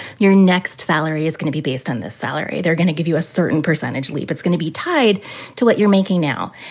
your next salary is going to be based on the salary they're going to give you, a certain percentage leap, it's going to be tied to what you're making now.